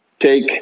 take